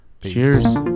Cheers